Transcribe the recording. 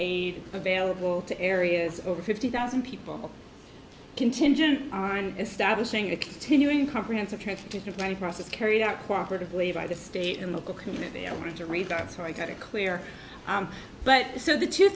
aid available to areas over fifty thousand people contingent on establishing a continuing comprehensive plan process carried out cooperated lead by the state and local community i wanted to read that so i got it clear but so the two